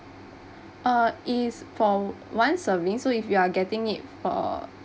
uh it is for one serving so if you are getting it for